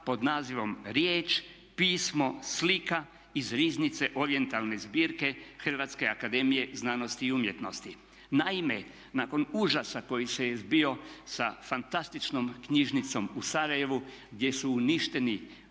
pod nazivom "Riječ, pismo, slika iz riznice orijentalne zbirke Hrvatske akademije znanosti i umjetnosti". Naime, nakon užasa koji se je zbio sa fantastičnom knjižnicom u Sarajevu gdje su uništeni